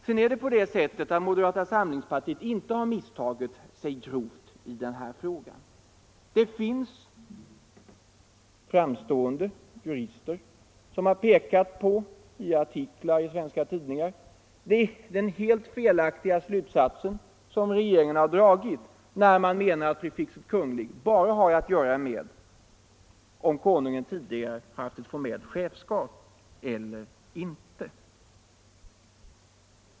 Vidare är det på det sättet att moderata samlingspartiet icke har misstagit sig grovt i denna fråga. Det finns framstående jurister som i artiklar i svenska tidningar har pekat på den helt felaktiga slutsats som regeringen har dragit, när den menar att prefixet Kunglig bara har att göra med om Konungen tidigare haft ett formellt chefsskap eller inte.